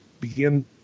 begin